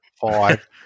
five